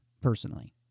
personally